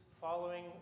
following